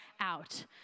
out